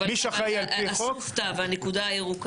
מי שאחראי על פי חוק --- אבל אסופתא והנקודה הירוקה?